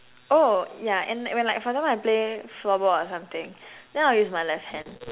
oh yeah and when like for example I play floorball or something then I'll use my left hand